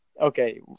Okay